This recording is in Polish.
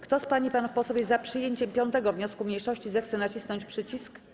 Kto z pań i panów posłów jest za przyjęciem 5. wniosku mniejszości, zechce nacisnąć przycisk.